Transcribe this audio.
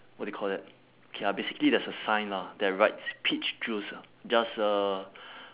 what do you call that okay ah basically there's a sign lah that writes peach juice ah just uh